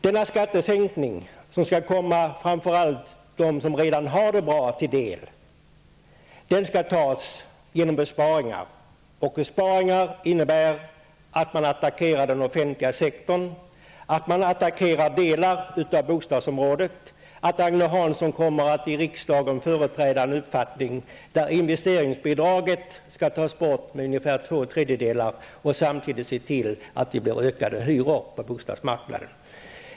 Denna skattesänkning, som framför allt skall komma dem som redan har det bra till del, skall finansieras genom besparingar, och besparingar innebär att man attackerar den offentliga sektorn och delar av bostadsområdet. Agne Hansson kommer i riksdagen att företräda en uppfattning där ungefär två tredjedelar av investeringsbidraget skall tas bort och samtidigt se till att det blir ökade hyror på bostadsmarknaden.